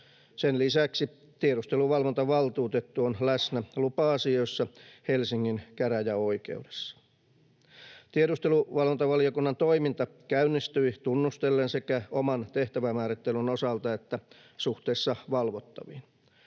Sen lisäksi tiedusteluvalvontavaltuutettu on läsnä lupa-asioissa Helsingin käräjäoikeudessa. Tiedusteluvalvontavaliokunnan toiminta käynnistyi tunnustellen sekä oman tehtävämäärittelyn osalta että suhteessa valvottaviin.